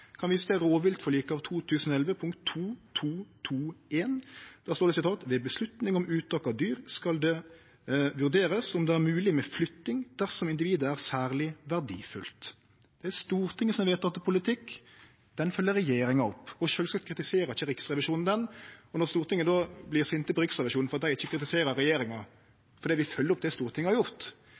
Det er rett og slett heilt feil. Eg kan vise til rovviltforliket av 2011 punkt 2.2.21, der står det: «Ved beslutning om uttak av et dyr skal det vurderes om det er mulig med flytting dersom individet er særlig verdifullt.» Det er Stortingets vedtekne politikk, han følgjer regjeringa opp, og sjølvsagt kritiserer ikkje Riksrevisjonen han. Når Stortinget då vert sint på Riksrevisjonen for at dei ikkje kritiserer regjeringa fordi vi følgjer opp det Stortinget har gjort,